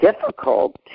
difficult